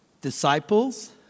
Disciples